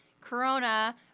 Corona